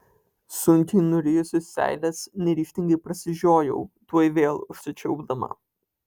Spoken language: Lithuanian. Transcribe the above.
sunkiai nurijusi seiles neryžtingai prasižiojau tuoj vėl užsičiaupdama